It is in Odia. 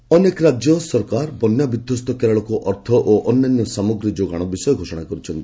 ଷ୍ଟେଟ୍ ଗମେଣ୍ଟ୍ ଏଡ୍ ଅନେକ ରାଜ୍ୟ ସରକାର ବନ୍ୟା ବିଧ୍ୱସ୍ତ କେରଳକୁ ଅର୍ଥ ଓ ଅନ୍ୟାନ୍ୟ ସାମଗ୍ରୀ ଯୋଗାଣ ବିଷୟ ଘୋଷଣା କରିଛନ୍ତି